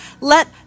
Let